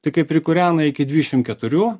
tai kaip prikūrena iki dviešim keturių